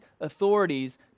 authorities